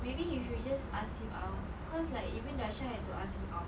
maybe if you just ask him out cause like even Dakshah had to ask him out